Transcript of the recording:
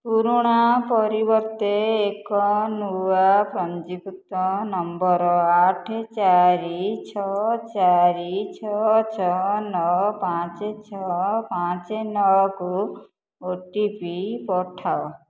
ପୁରୁଣା ପରିବର୍ତ୍ତେ ଏକ ନୂଆ ପଞ୍ଜୀକୃତ ନମ୍ବର ଆଠ ଚାରି ଛଅ ଚାରି ଛଅ ଛଅ ନଅ ପାଞ୍ଚ ଛଅ ପାଞ୍ଚ ନଅ କୁ ଓ ଟି ପି ପଠାଅ